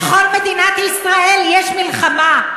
לכל מדינת ישראל יש מלחמה.